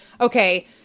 Okay